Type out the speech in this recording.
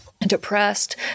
depressed